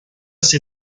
ser